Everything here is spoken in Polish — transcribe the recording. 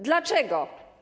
Dlaczego?